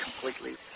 completely